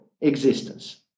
existence